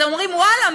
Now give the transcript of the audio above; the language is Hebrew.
אז אומרים: ואללה,